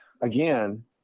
again